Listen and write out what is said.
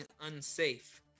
unsafe